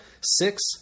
six